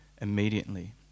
immediately